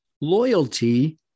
Loyalty